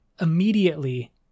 immediately